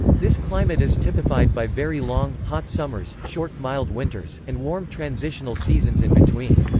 this climate is typified by very long, hot summers short, mild winters and warm transitional seasons in between.